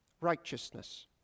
Righteousness